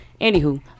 anywho